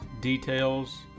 details